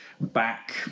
back